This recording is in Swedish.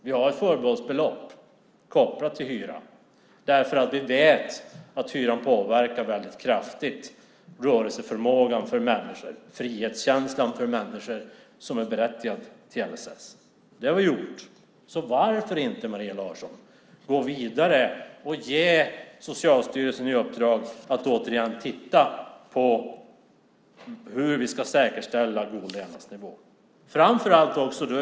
Vi har ett förbehållsbelopp kopplat till hyran, eftersom vi vet att hyran väldigt kraftigt påverkar rörelseförmågan och frihetskänslan för människor som är berättigade till LSS. Det har vi gjort. Så varför inte, Maria Larsson, gå vidare och ge Socialstyrelsen i uppdrag att återigen titta på hur vi ska säkerställa en god levnadsnivå?